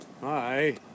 Hi